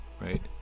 right